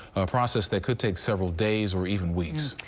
a process that could take several days or even weeks.